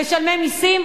משלמי מסים,